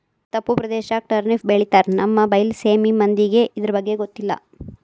ತಪ್ಪು ಪ್ರದೇಶದಾಗ ಟರ್ನಿಪ್ ಬೆಳಿತಾರ ನಮ್ಮ ಬೈಲಸೇಮಿ ಮಂದಿಗೆ ಇರ್ದಬಗ್ಗೆ ಗೊತ್ತಿಲ್ಲ